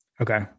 okay